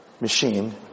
machine